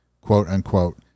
quote-unquote